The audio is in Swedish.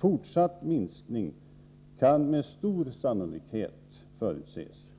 fortsatt minskning kan med stor sannolikhet förutses.